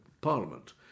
Parliament